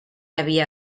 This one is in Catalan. havia